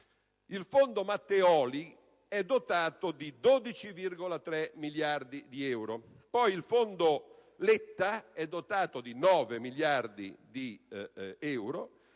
il Fondo Matteoli è dotato di 12,3 miliardi di euro, il Fondo Letta di 9 miliardi di euro